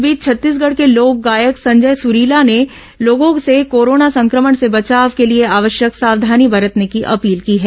इस बीच छत्तीसगढ़ के लोक गायक संजय सुरीला ने लोगों से कोरोना संक्रमण से बचाव के लिए आवश्यक सावधानी बरतने की अपील की है